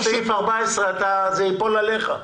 יש סעיף 14, זה ייפול עליך.